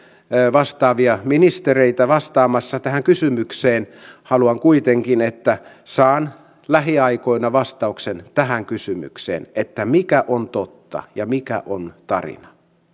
vastaavia ministereitä vastaamassa tähän kysymykseen haluan kuitenkin että saan lähiaikoina vastauksen tähän kysymykseen mikä on totta ja mikä on tarinaa